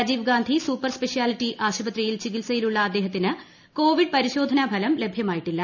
Rajiv Gandhi super specialty ആശുപത്രിയിൽ ചികിത്സയിലുള്ള അദ്ദേഹത്തിന്റെ കോവിഡ് പരിശോധനാഫലം ലഭ്യമായിട്ടില്ല